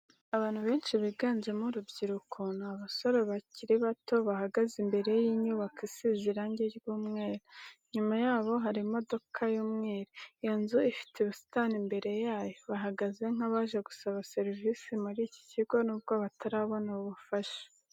Abantu beshi biganjemo urubyiruko ni abasore bakiri bato bahagaze imber y'inyubako isize marangi y'umweru inyuma yabo hari imodoka y'umweru, iyo nzu ifite ubusitani imbere yayo, bahagaze nk'abaje gusaba serivisi muri iki kigo nubwo batarabona ubafasha.